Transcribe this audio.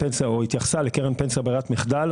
התייחסה לקרן פנסיה ברירת מחדל.